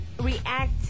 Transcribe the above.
React